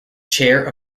chair